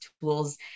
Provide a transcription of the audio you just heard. tools